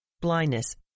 blindness